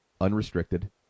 unrestricted